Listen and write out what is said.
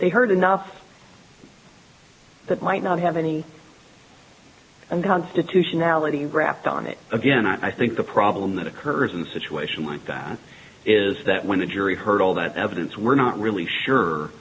they heard enough that might not have any and constitutionality rapped on it again i think the problem that occurs in a situation like that is that when the jury heard all that evidence we're not really sure